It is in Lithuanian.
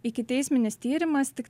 ikiteisminis tyrimas tik